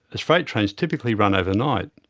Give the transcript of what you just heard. as freight trains typically run overnight.